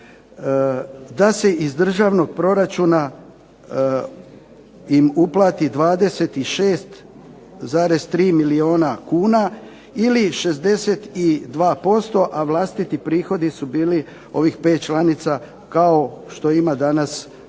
da se iz državnog proračuna im uplati 26,3 milijuna kuna ili 62%, a vlastiti prihodi su bili ovih 5 članica kao što ima danas ovaj